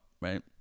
right